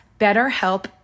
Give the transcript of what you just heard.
betterhelp